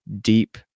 deep